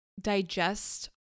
digest